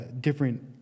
different